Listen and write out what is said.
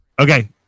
Okay